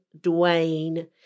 Dwayne